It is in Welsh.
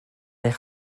eich